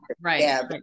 Right